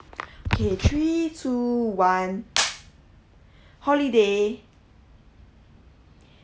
okay three two one holiday